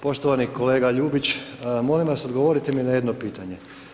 Poštovani kolega Ljubić, molim vas odgovorite mi na jedno pitanje.